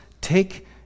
take